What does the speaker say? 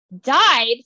died